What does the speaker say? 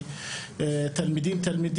ותלמידים.